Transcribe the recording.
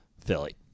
Philly